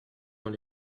dans